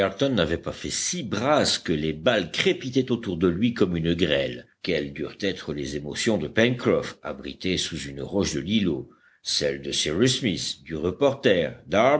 n'avait pas fait six brasses que les balles crépitaient autour de lui comme une grêle quelles durent être les émotions de pencroff abrité sous une roche de l'îlot celles de cyrus smith du reporter